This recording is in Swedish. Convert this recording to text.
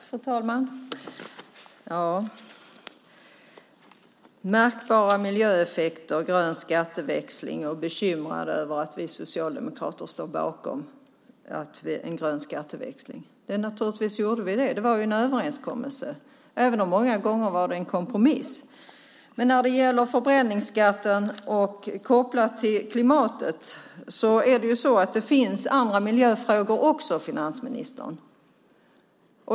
Fru talman! Märkbara miljöeffekter och grön skatteväxling talar finansministern om och är bekymrad över att vi socialdemokrater stod bakom en grön skatteväxling. Naturligtvis gjorde vi det, det var en överenskommelse även om det många gånger var en kompromiss. När det gäller förbränningsskatten kopplad till klimatet finns det också andra miljöfrågor, finansministern.